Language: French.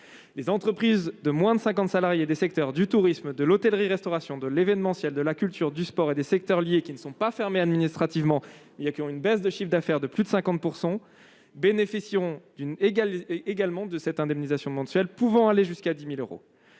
Les entreprises de moins de 50 salariés des secteurs du tourisme, de l'hôtellerie-restauration, de l'événementiel, de la culture, du sport et des secteurs liés, qui ne sont pas fermés administrativement, mais qui enregistrent une baisse de chiffre d'affaires de plus de 50 %, bénéficieront également de cette indemnisation mensuelle, pouvant aller jusqu'à 10 000 euros.